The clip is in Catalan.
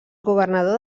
governador